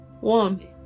woman